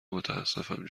متاسفم